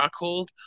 Rockhold